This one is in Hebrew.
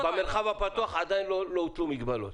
אדוני, במרחב הפתוח עדיין לא הוטלו מגבלות.